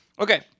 Okay